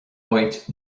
áit